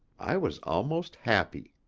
i was almost happy.